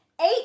eight